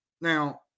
Now